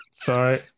Sorry